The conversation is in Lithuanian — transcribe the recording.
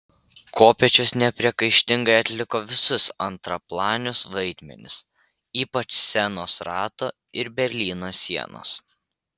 kopėčios nepriekaištingai atliko visus antraplanius vaidmenis ypač scenos rato ir berlyno sienos